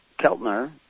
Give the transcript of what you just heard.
Keltner